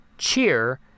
cheer